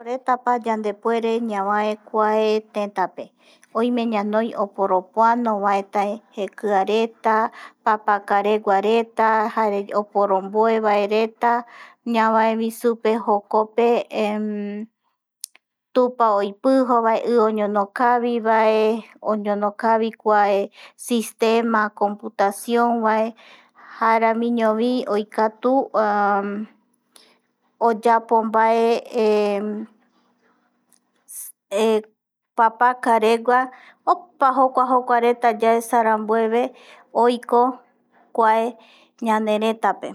Yandepuere ñavae kua tetaé oime ñanoi oporopoanovae, tai jekiareta, papakaregua, jare oporomboevaereta, ñavaevi supe jokope tupa oipijo vae, i oñonokavivae, oñonolavi kua sistema computación vae, jaramiñovi oikatu oyapo mbae papakaregua opa jokuareta yaesa rambueve oiko kua ñanaretaé omaemeevae